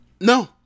No